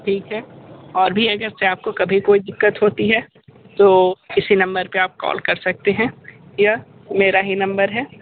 ठीक है और भी अगरचे आप को कभी कोई दिक्कत होती है तो इसी नंबर पर आप कॉल कर सकते हैं यह मेरा ही नंबर है